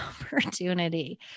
opportunity